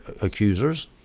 accusers